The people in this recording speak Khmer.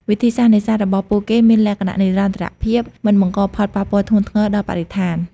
វិធីសាស្ត្រនេសាទរបស់ពួកគេមានលក្ខណៈ និរន្តរភាព មិនបង្កផលប៉ះពាល់ធ្ងន់ធ្ងរដល់បរិស្ថាន។